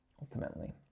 Ultimately